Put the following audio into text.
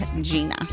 Gina